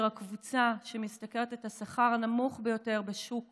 הקבוצה המשתכרת את השכר הנמוך ביותר בשוק